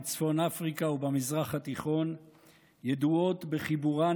בצפון אפריקה ובמזרח התיכון ידועות בחיבורן